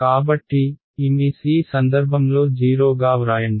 కాబట్టి Ms ఈ సందర్భంలో 0 గా వ్రాయండి